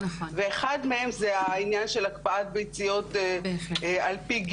ואחד מהם זה העניין של הקפאת ביציות על פי גיל,